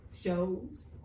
shows